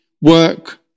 work